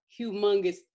humongous